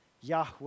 Yahweh